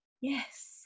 Yes